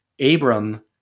Abram